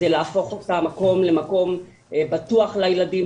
זה להפוך את המקום למקום בטוח לילדים,